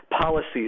policies